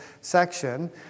section